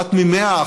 אחת מ-100,